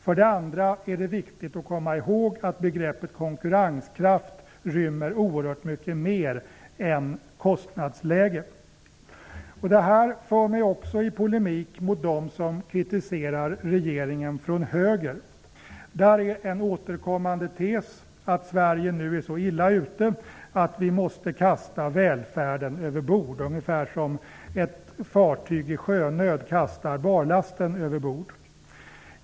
För det andra är det viktigt att komma ihåg att begreppet konkurrenskraft rymmer oerhört mycket mer än kostnadsläge. Detta för mig också i polemik mot dem som kritiserar regeringen från höger. Där är en återkommande tes att Sverige nu är så illa ute att vi måste kasta välfärden över bord ungefär som när ett fartyg i sjönöd kastar barlasten över bord.